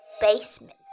basement